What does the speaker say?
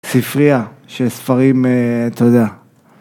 ספרייה של ספרים, אתה יודע.